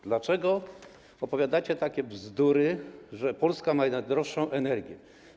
Dlaczego opowiadacie takie bzdury, że Polska ma najdroższą energię?